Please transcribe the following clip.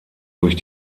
durch